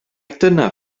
dyna